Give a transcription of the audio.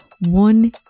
one